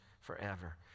forever